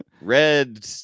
Red